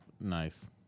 nice